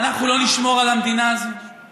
אנחנו לא נשמור על המדינה הזאת?